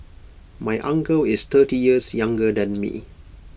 my uncle is thirty years younger than me